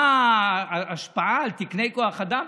מה ההשפעה על תקני כוח אדם?